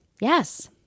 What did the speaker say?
Yes